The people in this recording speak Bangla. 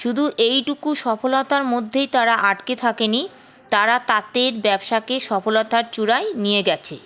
শুধু এইটুকু সফলতার মধ্যেই তারা আটকে থাকে নি তারা তাঁতের ব্যবসাকে সফলতার চূড়ায় নিয়ে গেছে